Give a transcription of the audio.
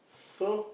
so